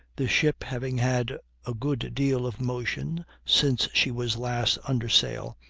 the ship having had a good deal of motion since she was last under sail,